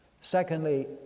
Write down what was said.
Secondly